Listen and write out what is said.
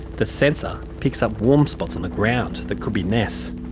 the sensor picks up warm spots on the ground that could be nests.